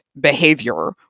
behavior